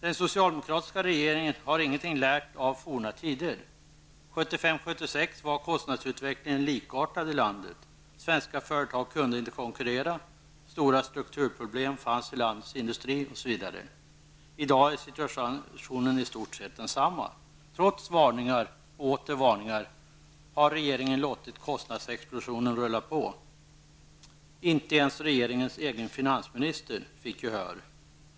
Den socialdemokratiska regeringen har ingenting lärt av forna tider. 1975--1976 var kostnadsutvecklingen likartad i landet. Svenska företag kunde inte konkurrera, stora strukturproblem fanns i landets industri osv. I dag är situationen i stort sett densamma. Trots varningar och åter varningar har regeringen låtit kostnadsexplosionen rulla på. Inte ens regeringens egen finansminister fick gehör.